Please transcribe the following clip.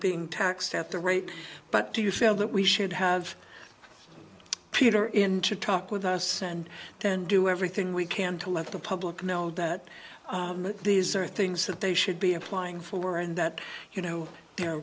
being taxed at the rate but do you feel that we should have peter in to talk with us and then do everything we can to let the public know that these are things that they should be applying for and that you know they're